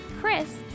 Chris